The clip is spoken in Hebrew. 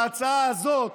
ההצעה הזאת